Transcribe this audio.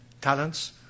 talents